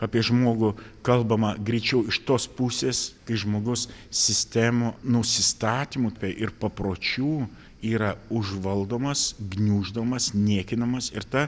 apie žmogų kalbama greičiau iš tos pusės kai žmogus sistemų nusistatymų ir papročių yra užvaldomas gniuždomas niekinamas ir ta